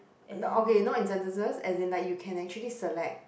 n~ okay not in sentences as in like you can actually select